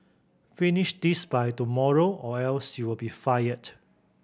finish this by tomorrow or else you'll be fired